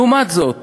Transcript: לעומת זאת,